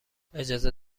اجازه